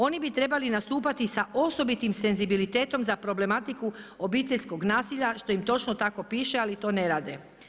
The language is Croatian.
Oni bi trebali nastupati sa osobitim senzibilitetom za problematiku obiteljskog nasilja što im točno tako piše ali to ne rade.